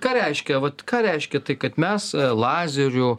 ką reiškia vat ką reiškia tai kad mes lazerių